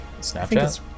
Snapchat